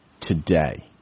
today